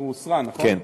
היא הוסרה, נכון?